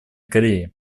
кореи